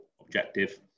objective